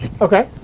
Okay